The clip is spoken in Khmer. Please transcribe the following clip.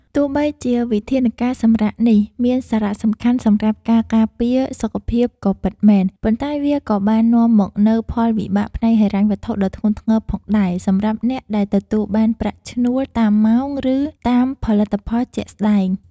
ទោះបីជាវិធានការសម្រាកនេះមានសារៈសំខាន់សម្រាប់ការការពារសុខភាពក៏ពិតមែន ប៉ុន្តែវាក៏បាននាំមកនូវផលវិបាកផ្នែកហិរញ្ញវត្ថុដ៏ធ្ងន់ធ្ងរផងដែរ សម្រាប់អ្នកដែលទទួលបានប្រាក់ឈ្នួលតាមម៉ោង ឬតាមផលិតផលជាក់ស្តែង។